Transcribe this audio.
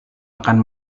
akan